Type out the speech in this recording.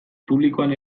publikoan